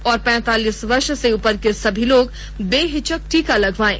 और पैंतालीस वर्ष से उपर के सभी लोग बेहिचक टीका लगवायें